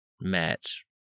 match